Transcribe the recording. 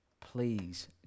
please